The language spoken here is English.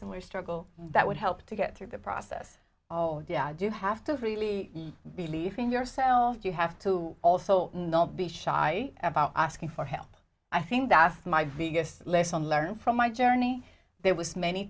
similar struggle that would help to get through the process all do have to really believe in yourself you have to also not be shy about asking for help i think that's my biggest lesson learned from my journey there was many